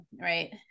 right